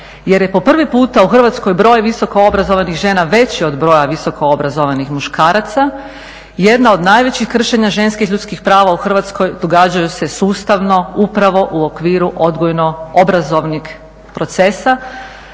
jer je po prvi puta u Hrvatskoj visokoobrazovanih žena veći od broja visokoobrazovanih muškaraca jedna od najvećih kršenja ženskih ljudskih prava u Hrvatskoj događaju se sustavno upravo u okviru odgojno-obrazovnih procesa